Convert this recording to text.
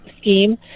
scheme